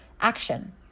action